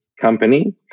company